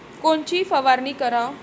कोनची फवारणी कराव?